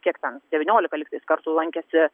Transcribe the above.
kiek ten devyniolika lygtais kartų lankėsi